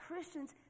christians